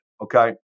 okay